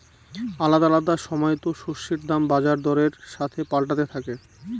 আলাদা আলাদা সময়তো শস্যের দাম বাজার দরের সাথে পাল্টাতে থাকে